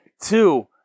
two